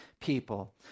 people